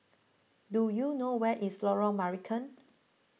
do you know where is Lorong Marican